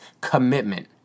commitment